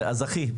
אז בבקשה אחי.